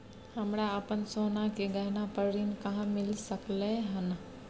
हमरा अपन सोना के गहना पर ऋण कहाॅं मिल सकलय हन?